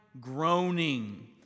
groaning